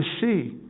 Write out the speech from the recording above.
see